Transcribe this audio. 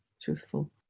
truthful